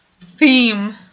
theme